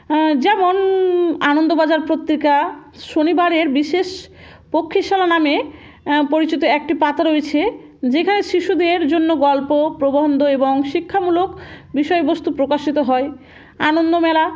যেমন আনন্দবাজার পত্রিকা শনিবারের বিশেষ পক্ষীশালা নামে পরিচিত একটি পাতা রয়েছে যেখানে শিশুদের জন্য গল্প প্রবন্ধ এবং শিক্ষামূলক বিষয়বস্তু প্রকাশিত হয় আনন্দমেলা